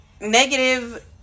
negative